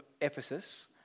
Ephesus